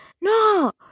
no